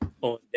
on